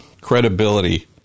credibility